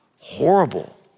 horrible